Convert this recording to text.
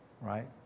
right